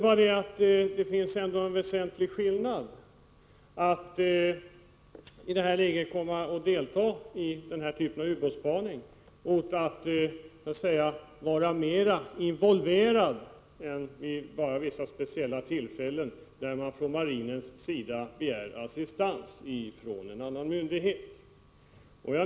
Men det är ändå en väsentlig skillnad mellan att vara involverad i den typ av ubåtsspaning som det nu blir fråga om och att delta bara vid vissa speciella tillfällen när marinen begär assistans från en annan myndighet.